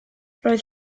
roedd